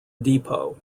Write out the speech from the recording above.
depot